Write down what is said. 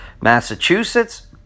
Massachusetts